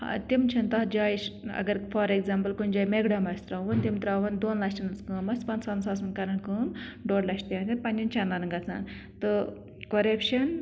تِم چھِنہ تَتھ جاے اگر فار ایٚکزامپٕل کُنہ جاے میکڑم آسہِ تراون تِم تراون دۄن لَچھن ہنٛز کٲم آسہِ پَنٛژاہن ساسن کَران کٲم ڈۄڑ لچھ تہٕ آسان پَنٮ۪ن چندن گژھان تہٕ کَۄرَپشن